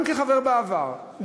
גם כחבר בעבר,